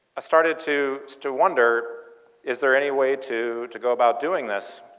i started to to wonder is there any way to to go about doing this,